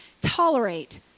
tolerate